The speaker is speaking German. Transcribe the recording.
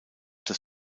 das